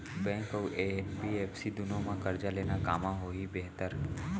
Bank अऊ NBFC दूनो मा करजा लेना कामा बेहतर होही?